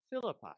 Philippi